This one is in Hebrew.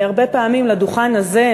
לדוכן הזה,